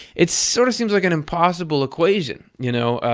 it sort of seems like an impossible equation, you know.